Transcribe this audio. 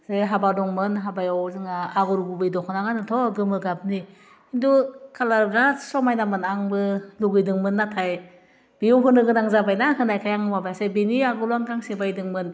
जे हाबा दंमोन हाबायाव जोंहा आगर गुबै दख'ना गानोथ' गोमो गाबनि खिन्थु खालारा ब्राथ समायनामोन आंबो लुगैदोंमोन नाथाय बेयाव होनो गोनां जाबायना होनायखाय आं माबायासै बिनि आगोलाव आं गांसे बायदोंमोन